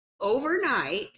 overnight